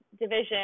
division